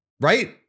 right